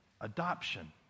adoption